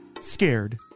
scared